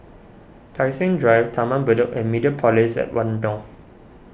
Tai Seng Drive Taman Bedok and Mediapolis at one North